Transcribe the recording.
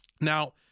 Now